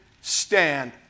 stand